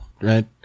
right